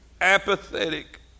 Apathetic